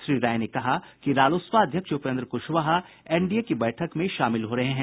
श्री राय ने कहा कि रालोसपा अध्यक्ष उपेन्द्र कुशवाहा एनडीए की बैठक में शामिल हो रहे हैं